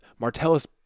Martellus